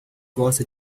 gosta